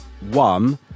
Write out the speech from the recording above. One